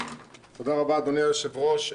תודה רבה, אדוני היושב-ראש.